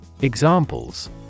Examples